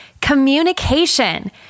communication